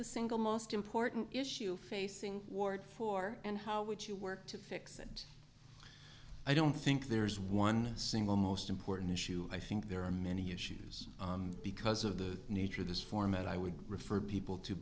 the single most important issue facing ward four and how would you work to fix it i don't think there is one single most important issue i think there are many issues because of the nature of this format i would refer people to